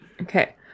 Okay